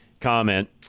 comment